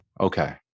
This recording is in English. Okay